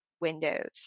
Windows